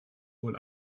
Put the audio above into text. wohl